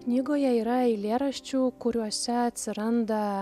knygoje yra eilėraščių kuriuose atsiranda